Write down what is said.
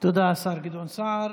תודה, השר גדעון סער.